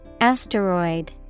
Asteroid